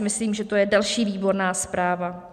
Myslím si, že to je další výborná zpráva.